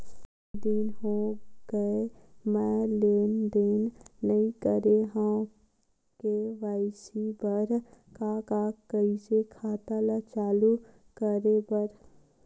बहुत दिन हो गए मैं लेनदेन नई करे हाव के.वाई.सी बर का का कइसे खाता ला चालू करेबर?